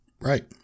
Right